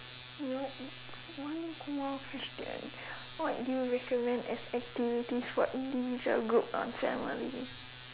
nope one more question what do you recommend as activities for individual group or family